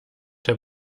der